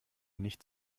nicht